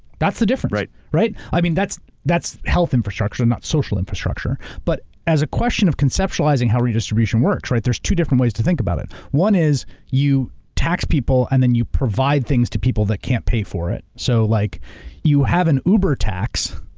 that's the difference, right? i mean, that's that's health infrastructure, not social infrastructure. but as a question of conceptualizing how redistribution works right, there's two different ways to think about it. one is you tax people and then you provide things to people that can't pay for it. so like you have an uber tax,